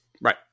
Right